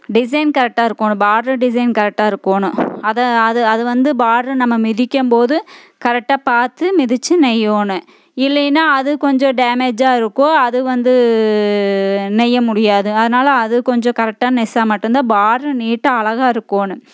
design கரெட்டாக இருக்கணும் பாட்ரு டிசைன் கரெட்டாக இருக்கணும் அதை அதை அது வந்து பாட்ரு நம்ம மிதிக்கம் போது கரெட்டாக பார்த்து மிதித்து நெய்யணும் இல்லைன்னா அது கொஞ்சம் டேமேஜாக இருக்கும் அது வந்து நெய்ய முடியாது அதனால அது கொஞ்சம் கரெட்டாக நெஸ்சா மட்டுந்தான் பாட்ரு நீட்டாக அழகாக இருக்கணும்